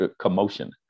commotion